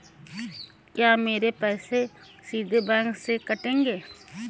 क्या मेरे पैसे सीधे बैंक से कटेंगे?